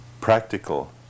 practical